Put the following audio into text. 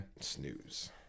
Snooze